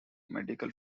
medical